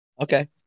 Okay